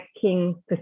king